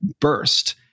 burst